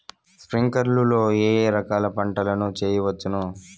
స్ప్రింక్లర్లు లో ఏ ఏ రకాల పంటల ను చేయవచ్చును?